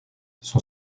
son